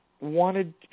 wanted